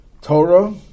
Torah